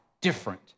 different